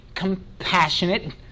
compassionate